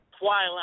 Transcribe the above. Twilight